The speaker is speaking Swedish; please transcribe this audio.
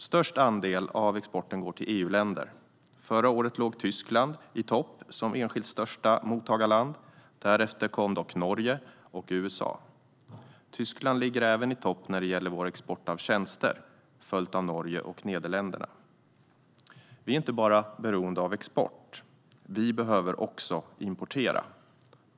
Störst andel av exporten går till EU-länder. Förra året låg Tyskland i topp som enskilt största mottagarland. Därefter kom Norge och USA. Tyskland ligger även i topp när det gäller vår export av tjänster följt av Norge och Nederländerna. Vi är inte bara beroende av export. Vi behöver också importera.